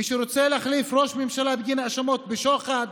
מי שרוצה להחליף ראש ממשלה בגין האשמות בשוחד,